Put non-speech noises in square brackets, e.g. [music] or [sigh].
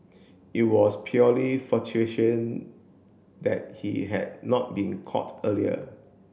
it was purely [unintelligible] that he had not been caught earlier